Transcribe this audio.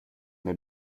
den